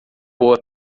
boa